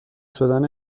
شدن